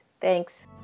Thanks